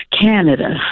Canada